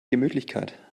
gemütlichkeit